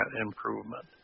improvement